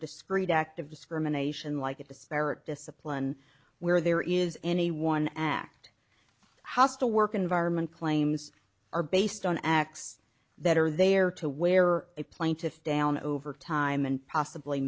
discreet act of discrimination like a disparate discipline where there is any one act hostile work environment claims are based on acts that are there to wear a plaintiff down over time and possibly